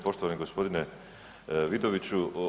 Poštovani gospodine Vidoviću.